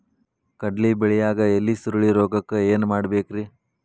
ಕಡ್ಲಿ ಬೆಳಿಯಾಗ ಎಲಿ ಸುರುಳಿರೋಗಕ್ಕ ಏನ್ ಮಾಡಬೇಕ್ರಿ?